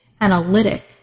analytic